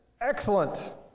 Excellent